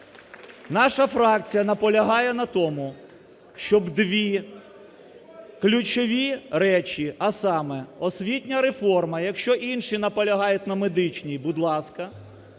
Наша фракція наполягає на тому, щоб дві ключові речі, а саме освітня реформа, якщо інші наполягають на медичній, будь ласка,